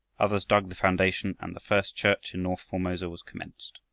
others dug the foundation, and the first church in north formosa was commenced.